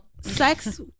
sex